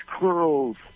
curls